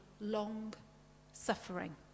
long-suffering